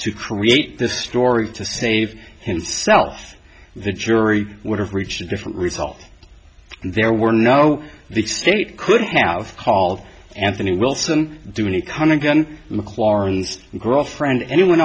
to create this story to save himself the jury would have reached a different result there were no the state could have called anthony wilson do any kind of gun mclaurin girlfriend anyone